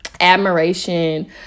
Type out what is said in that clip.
admiration